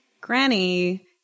granny